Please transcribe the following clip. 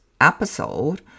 episode